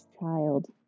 child